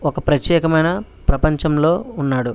ఒక ప్రత్యేకమైన ప్రపంచంలో ఉన్నాడు